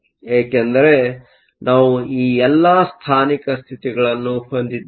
ಏಕೆಂದರೆ ನಾವು ಈ ಎಲ್ಲಾ ಸ್ಥಾನಿಕ ಸ್ಥಿತಿಗಳನ್ನು ಹೊಂದಿದ್ದೇವೆ